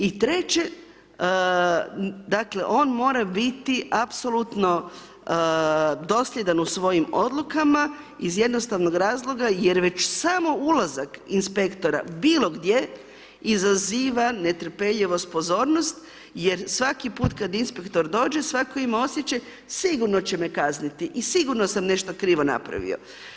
I treće, dakle on mora biti apsolutno dosljedan u svojim odlukama iz jednostavnog razloga jer već samo ulazak inspektora bilo gdje izaziva netrpeljivost, pozornost jer svaki put kad inspektor dođe svatko ima osjećaj sigurno će me kazniti i sigurno sam nešto krivo napravio.